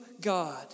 God